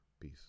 peace